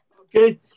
Okay